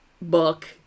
book